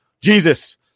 Jesus